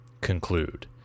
conclude